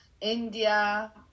India